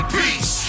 peace